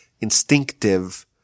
instinctive